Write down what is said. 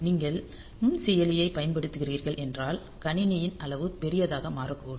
நீங்கள் நுண்செயலியைப் பயன்படுத்துகிறீர்கள் என்றால் கணினியின் அளவு பெரியதாக மாறக்கூடும்